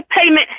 payment